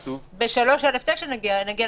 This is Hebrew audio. שיפוץ, זה נכנס